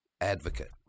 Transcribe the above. advocate